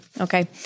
okay